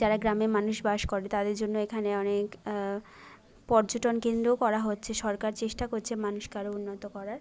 যারা গ্রামে মানুষ বাস করে তাদের জন্য এখানে অনেক পর্যটনকেন্দ্রও করা হচ্ছে সরকার চেষ্টা করছে মানুষকে আরও উন্নত করার